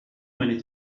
many